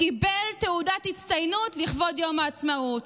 קיבל תעודת הצטיינות לכבוד יום העצמאות.